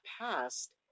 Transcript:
past